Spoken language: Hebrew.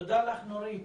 תודה לך, נורית.